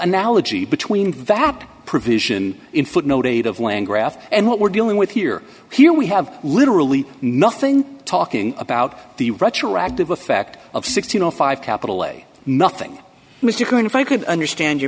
analogy between that provision in footnote eight of land graph and what we're dealing with here here we have literally nothing talking about the retroactive effect of sixteen or five capital way nothing was different if i could understand your